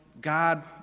God